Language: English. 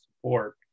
support